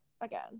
again